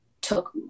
took